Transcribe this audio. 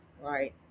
right